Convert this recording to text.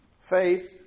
faith